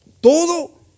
todo